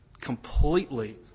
completely